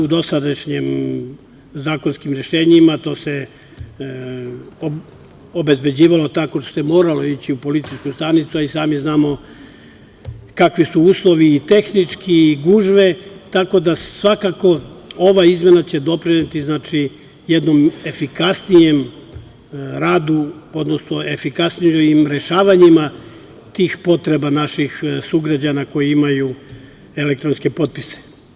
U dosadašnjim zakonskim rešenjima to se obezbeđivalo tako što se moralo ići u policijsku stanicu, a i sami znamo kakvi su uslovi i tehnički i gužve, tako da, ova izmena će doprineti jednom efikasnijem radu, odnosno efikasnijim rešavanjima tih potreba naših sugrađana koji imaju elektronske potpise.